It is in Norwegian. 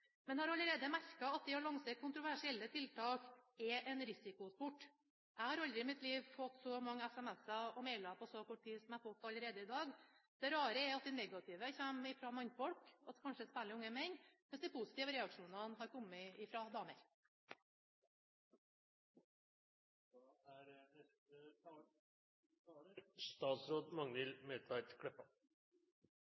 har allerede merket at det å lansere kontroversielle tiltak er en risikosport. Jeg har aldri i mitt liv fått så mange SMS-er og mailer som jeg allerede har fått på så kort i dag. Det rare er at det negative kommer fra mannfolk, kanskje særlig unge menn, mens de positive reaksjonene har kommet fra damer. At talet på trafikkdrepne går ned, og at talet på ungdom som er